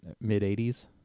mid-80s